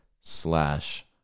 slash